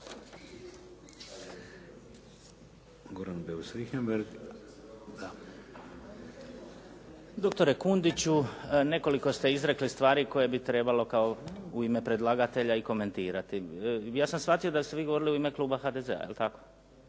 Goran (HNS)** Doktore Kundiću, nekoliko ste izrekli stvari koje bi trebalo kao u ime predlagatelja i komentirati. Ja sam shvatio da ste vi govorili u ime kluba HDZ-a, jel tako.